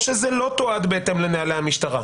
או שזה לא תועד בהתאם לנהלי המשטרה,